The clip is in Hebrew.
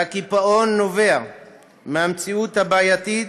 והקיפאון נובע מהמציאות הבעייתית,